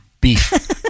beef